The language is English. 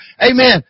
Amen